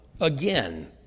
again